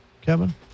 Kevin